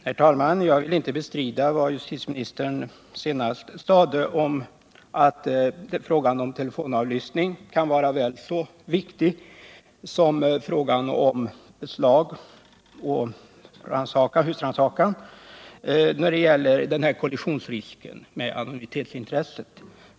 Herr talman! Jag vill inte bestrida vad justitieministern senast sade, att frågan om telefonavlyssning kan vara väl så viktig som frågan om beslag och husrannsakan när det gäller risken för kollision med anonymitetsintresset.